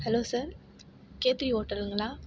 hello sir K three ஹோட்டலுங்களா